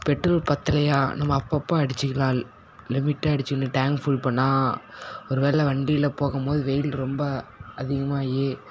petrol பற்றலையா நம்ம அப்பப்போ அடிச்சிக்கலாம் லிமிட்டாக அடித்தின்னு டாங்க் ஃபுல் பண்ணால் ஒரு வேளை வண்டியில் போகும் போது வெயில் ரொம்ப அதிகமாகி